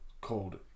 called